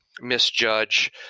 misjudge